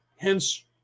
hence